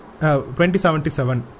2077